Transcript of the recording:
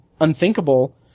unthinkable